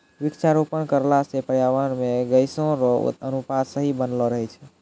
वृक्षारोपण करला से पर्यावरण मे गैसो रो अनुपात सही बनलो रहै छै